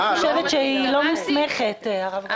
אני חושבת שהיא לא מוסמכת, הרב גפני.